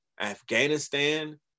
afghanistan